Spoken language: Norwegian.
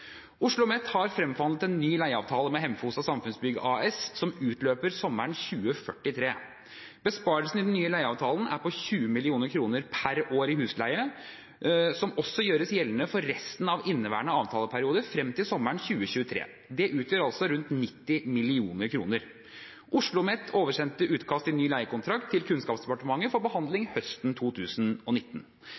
OsloMet vedtok alternativ 2. OsloMet har fremforhandlet en ny leieavtale med Hemfosa Samfunnsbygg AS som utløper sommeren 2043. Besparelsen i den nye leieavtalen er på 20 mill. kr per år i husleie, som også gjøres gjeldende for resten av inneværende avtaleperiode, frem til sommeren 2023. Det utgjør altså rundt 90 mill. kr. OsloMet oversendte utkast til ny leiekontrakt til Kunnskapsdepartementet for behandling høsten 2019.